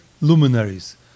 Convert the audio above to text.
luminaries